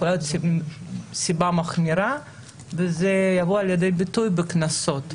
יכולה להיות נסיבה מחמירה וזה יבוא לידי ביטוי בקנסות.